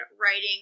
writing